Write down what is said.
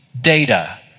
data